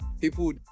people